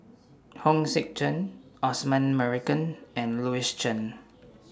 Hong Sek Chern Osman Merican and Louis Chen